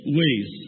ways